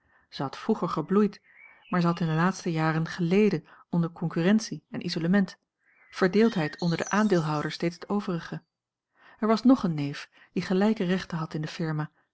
had vroeger gebloeid maar zij had in de a l g bosboom-toussaint langs een omweg laatste jaren geleden onder concurrentie en isolement verdeeldheid onder de aandeelhouders deed het overige er was nog een neef die gelijke rechten had in de firma